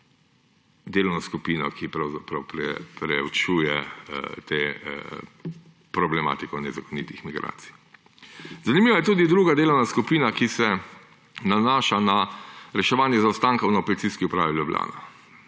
delovno skupino, ki pravzaprav preučuje problematiko nezakonitih migracijah. Zanimiva je tudi druga delovna skupina, ki se nanaša na reševanje zaostankov na Policijski upravi Ljubljana.